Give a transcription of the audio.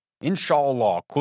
Inshallah